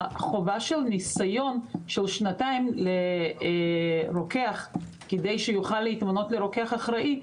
החובה של הניסיון של שנתיים לרוקח כדי שיוכל להתמנות לרוקח אחראי,